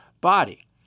body